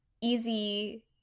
easy